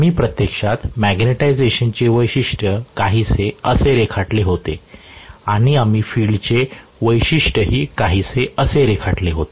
आम्ही प्रत्यक्षात मॅग्नेटिझेशनचे वैशिष्ट्य काहीसे असे रेखाटले होते आणि आम्ही फील्डचे वैशिष्ट्यही काहीसे असे रेखाटले होते